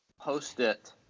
post-it